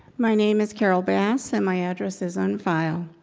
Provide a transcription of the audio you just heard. my name is carol bass and my address is on file.